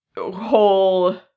whole